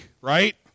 right